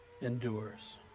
Endures